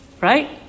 Right